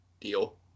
deal